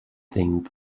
thing